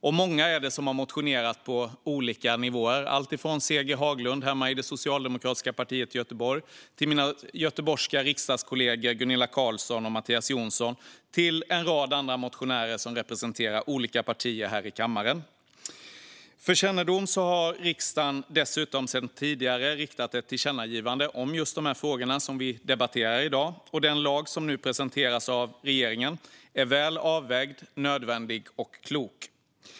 Det är många som har motionerat om det på olika nivåer, alltifrån C-G Haglund i Socialdemokraterna hemma i Göteborg till mina göteborgska riksdagskollegor Gunilla Carlsson och Mattias Jonsson och en rad andra motionärer som representerar olika partier här i kammaren. För kännedom har riksdagen dessutom sedan tidigare riktat ett tillkännagivande om just de frågor som vi debatterar i dag. Och den lag som nu presenteras av regeringen är väl avvägd, nödvändig och klok.